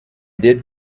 did